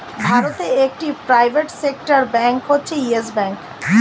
ভারতে একটি private sector bank হচ্ছে ইয়েস ব্যাঙ্ক